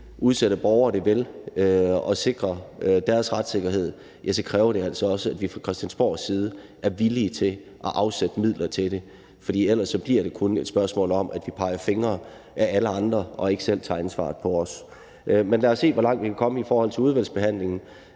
udsatte borgere det vel og sikre deres retssikkerhed, kræver det altså også, at vi fra Christiansborgs side er villige til at afsætte midler til det, for ellers bliver det kun et spørgsmål om, at vi peger fingre ad alle andre og ikke selv tager ansvaret på os. Men lad os se, hvor langt vi kan komme i udvalgsbehandlingen.